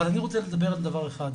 אבל אני רוצה לדבר על דבר אחד,